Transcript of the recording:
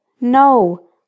No